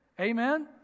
Amen